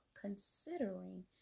considering